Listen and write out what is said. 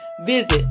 visit